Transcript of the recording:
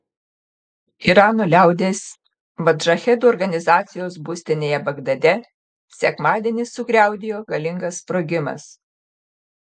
irano liaudies modžahedų organizacijos būstinėje bagdade sekmadienį sugriaudėjo galingas sprogimas